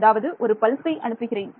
அதாவது ஒரு பல்சை அனுப்புகிறேன்